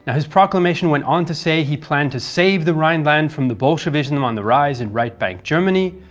his proclamation went on to say he planned to save the rhineland from the bolshevism on the rise in right-bank germany,